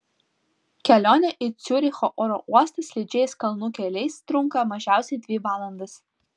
kelionė į ciuricho oro uostą slidžiais kalnų keliais trunka mažiausiai dvi valandas